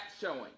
showing